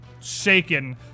shaken